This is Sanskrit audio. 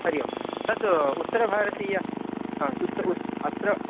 हरिः ओं तत् उत्तरभारतीयाः हा शुद्धः उत अत्र